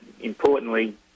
importantly